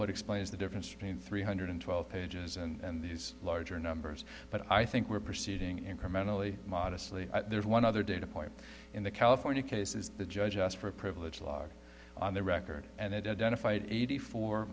what explains the difference between three hundred twelve pages and these larger numbers but i think we're proceeding incrementally modestly there's one other data point in the california case is the judge asked for a privilege log on the record and it identified eighty four